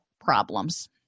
problems